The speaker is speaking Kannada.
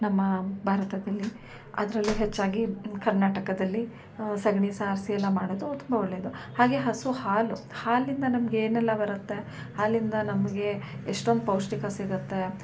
ನಮ್ಮ ಭಾರತದಲ್ಲಿ ಅದ್ರಲ್ಲೂ ಹೆಚ್ಚಾಗಿ ಕರ್ನಾಟಕದಲ್ಲಿ ಸಗಣಿ ಸಾರಿಸಿ ಎಲ್ಲ ಮಾಡೋದು ತುಂಬ ಒಳ್ಳೆಯದು ಹಾಗೆ ಹಸು ಹಾಲು ಹಾಲಿಂದ ನಮಗೆ ಏನೆಲ್ಲಾ ಬರುತ್ತೆ ಹಾಲಿಂದ ನಮಗೆ ಎಷ್ಟೊಂದು ಪೌಷ್ಠಿಕ ಸಿಗುತ್ತೆ